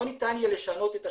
לא ניתן יהיה לשנות את השם.